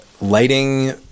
lighting